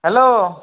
hello